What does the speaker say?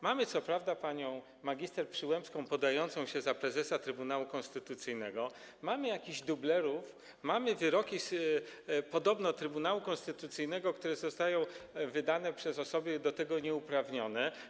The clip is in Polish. Mamy co prawda panią mgr Przyłębską podającą się za prezesa Trybunału Konstytucyjnego, mamy jakichś dublerów, mamy wyroki podobno Trybunału Konstytucyjnego wydawane przez osoby do tego nieuprawnione.